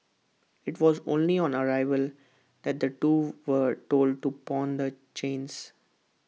IT was only on arrival that the two were told to pawn the chains